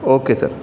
okay sir